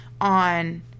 on